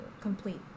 complete